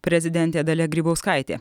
prezidentė dalia grybauskaitė